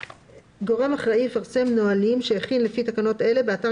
" גורם אחראי יפרסם נהלים שהכין לפי תקנות אלה באתר